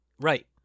Right